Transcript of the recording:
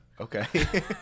Okay